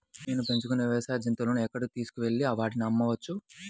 నేను పెంచుకొనే వ్యవసాయ జంతువులను ఎక్కడికి తీసుకొనివెళ్ళి వాటిని అమ్మవచ్చు?